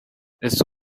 ese